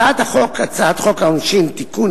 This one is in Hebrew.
הצעת חוק העונשין (תיקון,